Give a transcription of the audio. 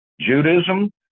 Judaism